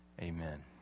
Amen